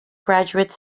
graduate